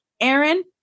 Aaron